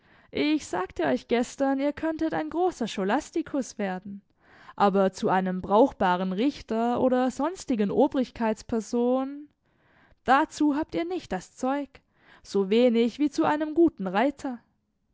ich sagte euch gestern ihr könntet ein großer scholastikus werden aber zu einem brauchbaren richter oder sonstigen obrigkeitsperson dazu habt ihr nicht das zeug so wenig wie zu einem guten reiter